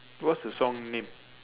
what's the song name